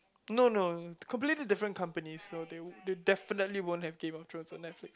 no no completely different companies so they w~ they definitely won't have Game of Thrones on Netflix